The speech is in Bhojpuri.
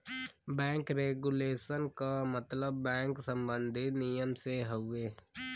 बैंक रेगुलेशन क मतलब बैंक सम्बन्धी नियम से हउवे